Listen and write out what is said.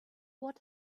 what